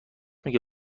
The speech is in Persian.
میگه